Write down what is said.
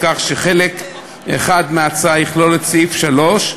כך שחלק אחד יכלול את סעיף 3,